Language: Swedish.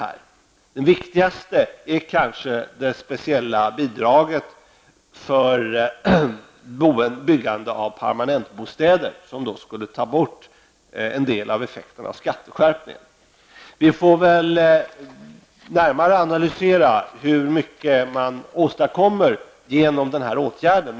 Den viktigaste är kanske det speciella bidraget för byggande av permanentbostäder som skulle ta bort en del av effekterna av skatteskärpningen. Vi får väl närmare analysera hur mycket man åstadkommer genom den åtgärden.